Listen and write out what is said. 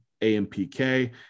AMPK